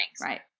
Right